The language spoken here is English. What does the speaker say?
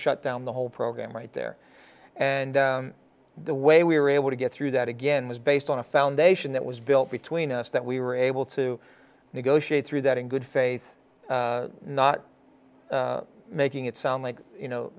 shut down the whole program right there and the way we were able to get through that again was based on a foundation that was built between us that we were able to negotiate through that in good faith not making it sound like you know